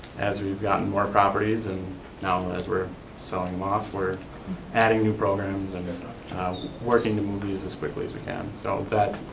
as we've gotten more properties and now as we're selling them off we're adding new programs and working to move these as quickly as we can. so with that,